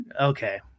Okay